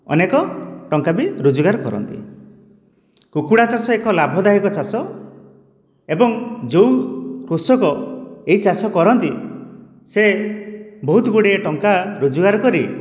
ଅନେକ ଟଙ୍କା ବି ରୋଜଗାର କରନ୍ତି କୁକୁଡ଼ା ଚାଷ ଏକ ଲାଭଦାୟକ ଚାଷ ଏବଂ ଯେଉଁ କୃଷକ ଏହି ଚାଷ କରନ୍ତି ସେ ବହୁତ ଗୁଡ଼ିଏ ଟଙ୍କା ରୋଜଗାର କରି